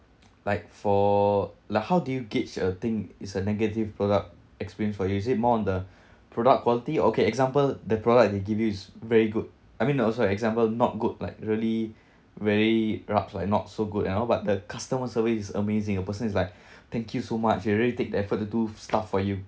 like for like how did you gauge a thing it's a negative product experience for use is it more on the product quality okay example the product they give you is very good I mean there also example not good like really very rubs like not so good at all but the customer service is amazing the person is like thank you so much you they really take the effort to do stuff for you